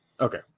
Okay